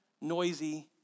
noisy